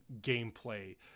gameplay